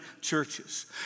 churches